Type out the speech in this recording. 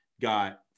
got